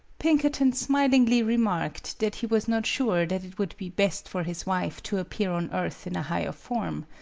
pinkerton smilingly remarked that he was not sure that it would be best for his wife to reappear on earth in a higher form.